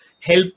help